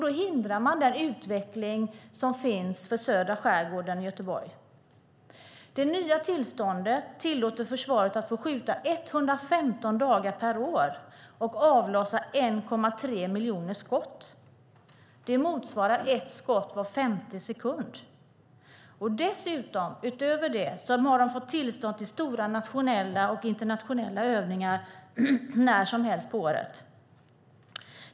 Då hindrar man utvecklingen för södra skärgården i Göteborg. Det nya tillståndet tillåter försvaret att skjuta 115 dagar per år och avlossa 1,3 miljoner skott. Det motsvarar ett skott var femte sekund. Dessutom har de fått tillstånd till stora nationella och internationella övningar när som helst på året.